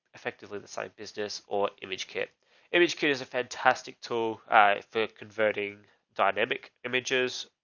effectively the side business or image kit image kit is a fantastic tool for converting dynamic images.